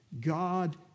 God